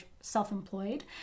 self-employed